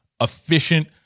efficient